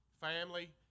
family